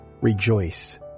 rejoice